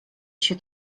się